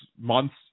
months